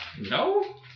No